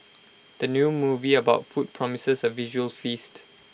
the new movie about food promises A visual feast